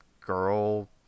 girl